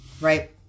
right